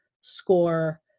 score